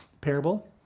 parable